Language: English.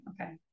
Okay